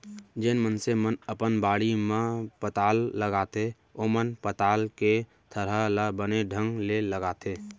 जेन मनसे मन अपन बाड़ी म पताल लगाथें ओमन पताल के थरहा ल बने ढंग ले लगाथें